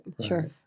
Sure